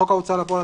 בחוק ההוצאה לפועל,